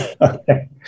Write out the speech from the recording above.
Okay